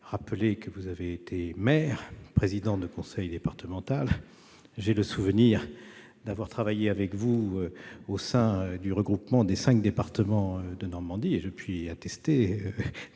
rappelé, vous avez été maire et président de conseil départemental. J'ai le souvenir d'avoir travaillé avec vous au sein du regroupement des cinq départements de Normandie, et je puis attester